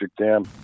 Dam